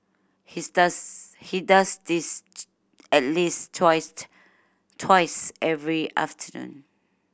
his does he does this at least twice every afternoon